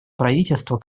правительство